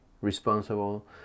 responsible